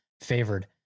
favored